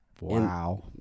Wow